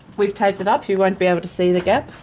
we have taped it up, you won't be able to see the gap.